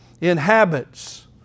inhabits